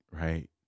right